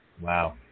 Wow